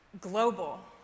global